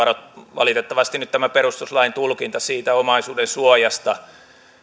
valitettavasti nyt tämä perustuslain tulkinta omaisuudensuojasta